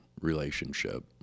relationship